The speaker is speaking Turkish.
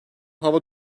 hava